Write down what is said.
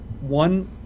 one